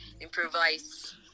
improvise